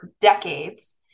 decades